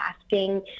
asking